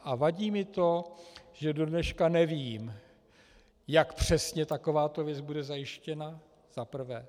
A vadí mi to, že do dneška nevím, jak přesně takováto věc bude zajištěna, za prvé.